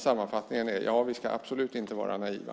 Sammanfattningen är: Vi ska absolut inte vara naiva.